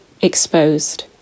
exposed